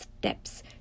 steps